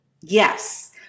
Yes